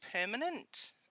permanent